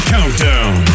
Countdown